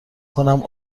کنم